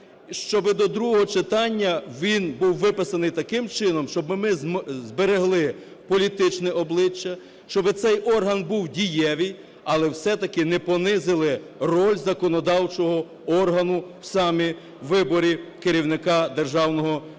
щоби до другого читання він був виписаний таким чином, щоби ми зберегли політичне обличчя, щоби цей орган був дієвий, але все-таки не понизили роль законодавчого органу в саме виборі керівника Державного бюро